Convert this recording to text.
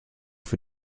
für